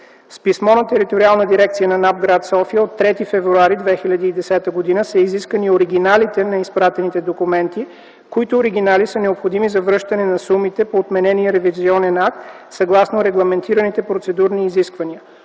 С писмо на Териториална дирекция на НАП – град София, от 3 февруари 2010 г. са изискани оригиналите на изпратените документи, които оригинали са необходими за връщане на сумите по отменения ревизионен акт съгласно регламентираните процедурни изисквания.